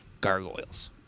Gargoyles